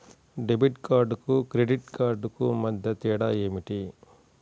Debit కార్డుకు credit credit కార్డుకు మధ్య తేడా ఏమిటీ?